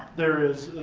there is,